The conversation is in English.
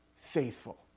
faithful